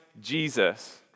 Jesus